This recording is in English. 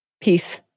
Peace